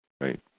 Right